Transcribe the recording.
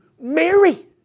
Mary